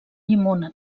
llimona